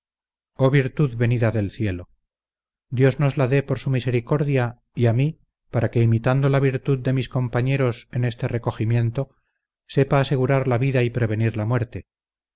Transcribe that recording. oh virtud venida del cielo dios nos la dé por su misericordia y a mí para que imitando la virtud de mis compañeros en este recogimiento sepa asegurar la vida y prevenir la muerte